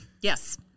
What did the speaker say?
Yes